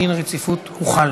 דין הרציפות הוחל.